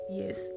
yes